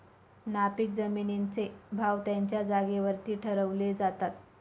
नापीक जमिनींचे भाव त्यांच्या जागेवरती ठरवले जातात